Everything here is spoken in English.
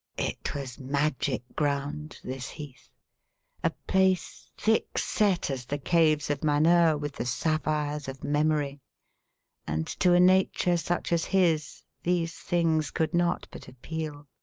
it was magic ground, this heath a place thick set as the caves of manheur with the sapphires of memory and to a nature such as his these things could not but appeal.